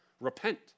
Repent